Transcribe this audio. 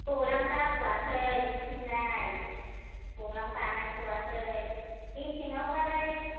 दालां जाथ'आखै बिथिंजाय दालां बानायथ'वाखै मेसेङावबालाय